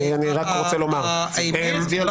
האמת?